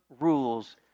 rules